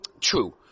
true